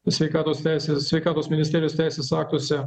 sveikatos teisės sveikatos ministerijos teisės aktuose